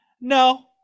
no